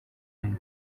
umwe